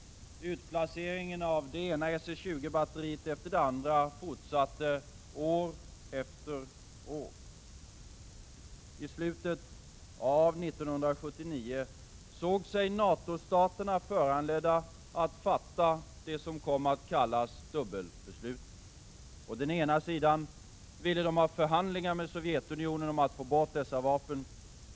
Utplaceringen av det ena SS 20 batteriet efter det andra fortsatte, år efter år. I slutet av 1979 såg sig NATO-staterna föranledda att fatta det som kom att kallas dubbelbeslutet. Å den ena sidan ville de ha förhandlingar med Sovjet om att få bort dessa vapen.